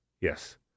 Yes